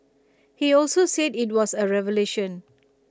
he also said IT was A revolution